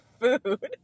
food